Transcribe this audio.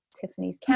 Tiffany's